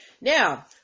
Now